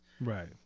Right